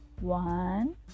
One